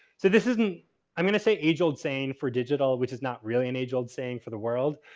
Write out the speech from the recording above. so, this isn't i'm gonna say age-old saying for digital, which is not really an age-old saying for the world.